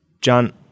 John